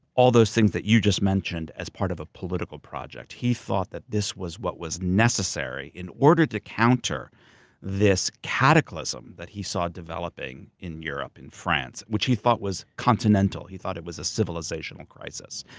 all those things that you just mentioned, as part of a political project. he thought that this was what was necessary in order to counter this cataclysm that he saw developing in europe, in france, which he thought was continental. he thought it was a civilizational crisis.